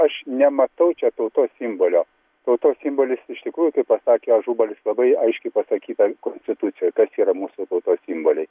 aš nematau čia tautos simbolio tautos simbolis iš tikrųjų pasakė ažubalis labai aiškiai pasakyta konstitucijoj kas yra mūsų tautos simboliai